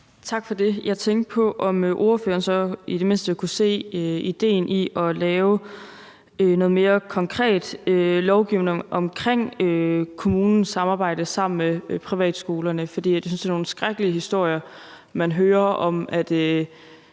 Tak for det. Jeg tænkte på, om ordføreren så i det mindste kunne se idéen i at lave noget mere konkret lovgivning omkring kommunens samarbejde med privatskolerne, for jeg synes, det er nogle skrækkelige historier, man hører om, at